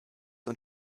und